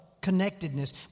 connectedness